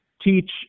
teach